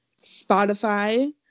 Spotify